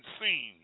seen